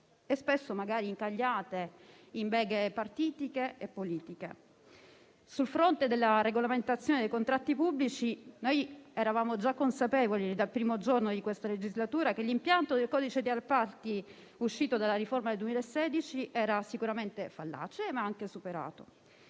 e spesso magari incagliate in beghe partitiche e politiche. Sul fronte della regolamentazione dei contratti pubblici eravamo già consapevoli dal primo giorno di questa legislatura che l'impianto del codice degli appalti uscito dalla riforma 2016 era sicuramente fallace, ma anche superato.